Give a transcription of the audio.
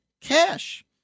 Cash